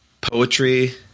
poetry